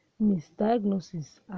misdiagnosis